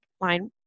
line